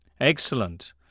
Excellent